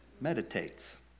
Meditates